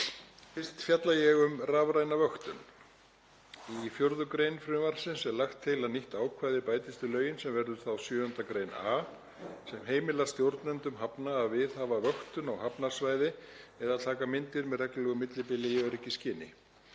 Fyrst fjalla ég um rafræna vöktun. Í 4. gr. frumvarpsins er lagt til að nýtt ákvæði bætist við lögin sem verður þá 7. gr. a sem heimilar stjórnendum hafna að viðhafa vöktun á hafnarsvæði eða taka myndir með reglulegu millibili í öryggisskyni.